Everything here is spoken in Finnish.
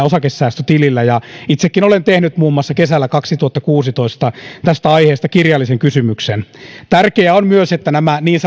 osakesäästötilillä itsekin olen tehnyt kesällä kaksituhattakuusitoista tästä aiheesta kirjallisen kysymyksen tärkeää on myös että näiden niin